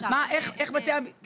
עסקתי בו בכנסת ה-20,